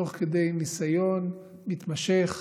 תוך כדי ניסיון מתמשך